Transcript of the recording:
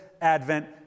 Advent